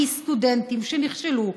מסטודנטים שנכשלו.